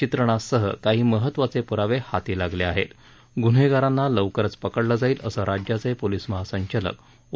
चित्रणासह काही महत्वाचे पुरावे हाती लागले आहेत गुन्हेगारांना लवकरच पकडलं जाईल असं राज्याचे पोलीस महासंचालक ओ